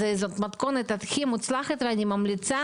זאת המתכונת הכי מוצלחת ואני ממליצה